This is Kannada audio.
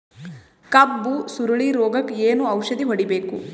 ಕಬ್ಬು ಸುರಳೀರೋಗಕ ಏನು ಔಷಧಿ ಹೋಡಿಬೇಕು?